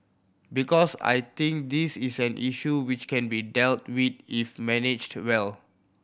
because I think this is an issue which can be dealt with if managed well